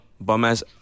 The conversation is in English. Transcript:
bum-ass